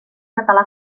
català